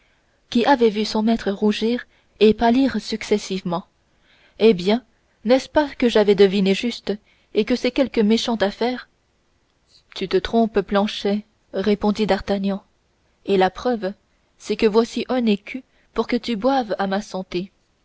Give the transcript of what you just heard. qui avait vu son maître rougir et pâlir successivement eh bien n'est-ce pas que j'avais deviné juste et que c'est quelque méchante affaire tu te trompes planchet répondit d'artagnan et la preuve c'est que voici un écu pour que tu boives à ma santé